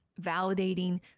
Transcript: validating